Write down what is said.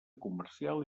comercial